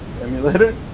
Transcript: emulator